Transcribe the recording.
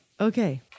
Okay